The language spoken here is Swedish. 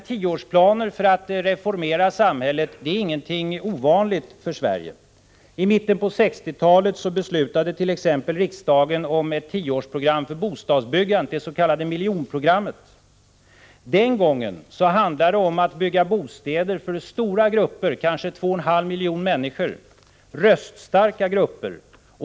Tioårsplaner för att reformera samhället är inget ovanligt för Sverige. I mitten av 60-talet beslutade riksdagen om t.ex. ett tioårsprogram för bostadsbyggandet, det s.k. miljonprogrammet. Den gången handlade det om att bygga bostäder för stora grupper, kanske för 2,5 miljoner människor, röststarka grupper.